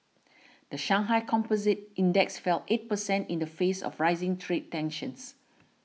the Shanghai Composite Index fell eight percent in the face of rising trade tensions